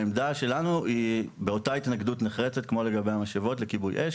העמדה שלנו היא אותה התנגדות נחרצת כמו לגבי המשאבות לכיבוי אש,